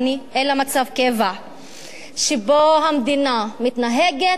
אלא מצב קבע שבו המדינה מתנהגת על מנת